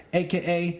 aka